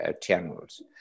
channels